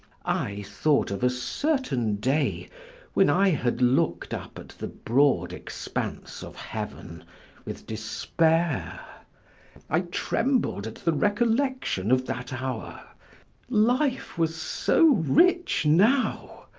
i thought of a certain day when i had looked up at the broad expanse of heaven with despair i trembled at the recollection of that hour life was so rich now!